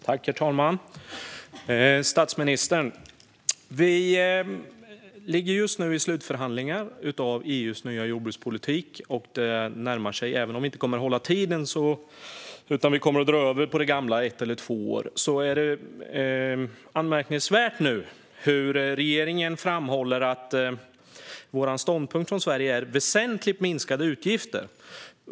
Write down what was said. Herr talman och statsministern! Vi ligger just nu i slutförhandlingarna om EU:s nya jordbrukspolitik, och även om vi inte kommer att hålla tiden utan dra över med ett eller två år närmar det sig. Det är anmärkningsvärt att regeringen framhåller att vår ståndpunkt från Sverige är väsentligt minskade utgifter.